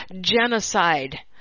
genocide